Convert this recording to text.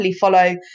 follow